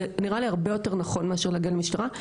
זה נראה לי הרבה יותר נכון מאשר להגיע למשטרה.